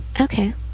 Okay